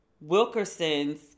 wilkerson's